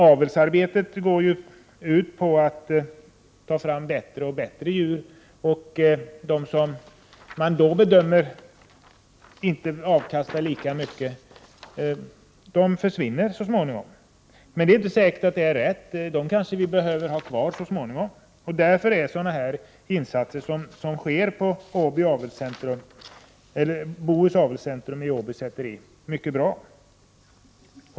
Avelsarbetet går ju ut på att ta fram bättre och bättre djur, och de som man då bedömer inte avkastar lika mycket försvinner så småningom. Men det är inte säkert att det är rätt — dem kanske vi kommer att behöva ha kvar senare. Därför är sådana insatser som sker på Bohus Avelscentrum vid Åby säteri mycket bra.